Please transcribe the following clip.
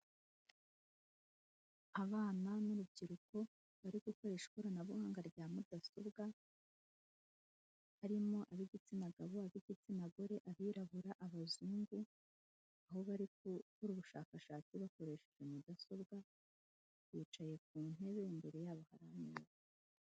Abana n'urubyiruko bari gukoresha ikoranabuhanga rya mudasobwa harimo ab'igitsina gabo, ab'igitsina gore, abirabura, abazungu aho bari gukora ubushakashatsi bakoresheje mudasobwa bicaye ku ntebe imbere yabo hara impapuro.